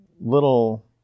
little